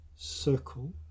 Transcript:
circle